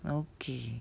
okay